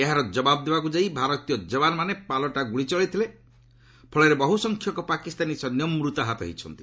ଏହାର ଜବାବ ଦେବାକୁ ଯାଇ ଭାରତୀୟ ଯବାନମାନେ ପାଲଟା ଗୁଳି ଚଳାଇଥିଲେ ଫଳରେ ବହୁ ସଂଖ୍ୟକ ପାକିସ୍ତାନୀ ସୈନ୍ୟ ମୃତାହତ ହୋଇଛନ୍ତି